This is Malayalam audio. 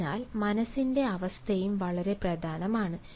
അതിനാൽ മനസ്സിന്റെ അവസ്ഥയും വളരെ പ്രധാനമാണ്